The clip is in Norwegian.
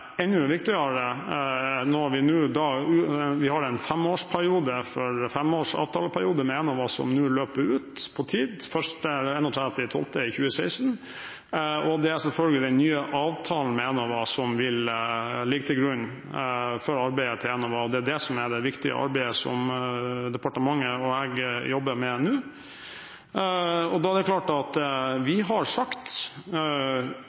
viktigere når vi nå har en femårsavtaleperiode med Enova som utløper 31. desember 2016, er selvfølgelig den nye avtalen med Enova, som vil ligge til grunn for arbeidet til Enova. Det er det som er det viktige arbeidet som departementet og jeg jobber med nå. Vi har sagt til Stortinget i energimeldingen at vi mener det er naturlig å øke satsingen innenfor transportområdet i Enova. Det